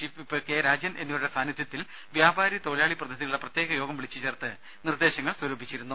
chief whip K Rajan എന്നിവരുടെ സാന്നിധ്യത്തിൽ വ്യാപാരി തൊഴിലാളി പ്രതിനിധികളുടെ പ്രത്യേക യോഗം വിളിച്ചു ചേർത്ത് നിർദേശങ്ങൾ സ്വരൂപിച്ചിരുന്നു